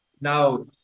now